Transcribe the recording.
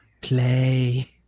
play